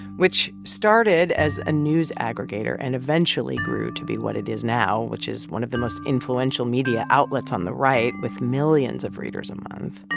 which started as a news aggregator and eventually grew to be what it is now, which is one of the most influential media outlets on the right with millions of readers a month.